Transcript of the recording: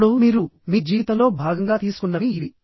ఇప్పుడు మీరు మీ జీవితంలో భాగంగా తీసుకున్నవి ఇవి